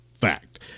fact